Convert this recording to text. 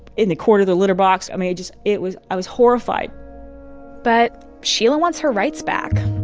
in the corner of the litter box. i mean, it just it was i was horrified but sheila wants her rights back.